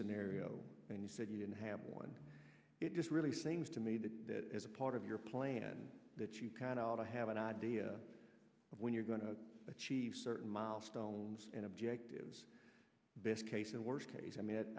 scenario and you said you didn't have one it just really seems to me that that is a part of your plan that you can all to have an idea of when you're going to achieve certain milestones and objectives best case and worst case i mean it